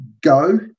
go